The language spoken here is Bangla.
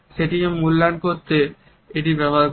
সেটিকে মূল্যায়ন করতে এটি ব্যবহার করে